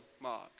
Mark